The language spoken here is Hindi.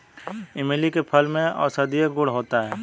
इमली के फल में औषधीय गुण होता है